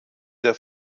der